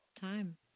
time